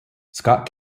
scott